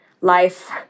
life